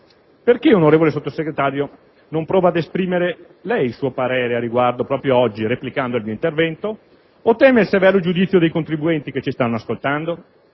Perché, onorevole Sottosegretario, non prova ad esprimere lei il suo parere a riguardo proprio oggi, replicando al mio intervento? O teme il severo giudizio dei contribuenti che ci stanno a ascoltando?